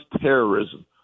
terrorism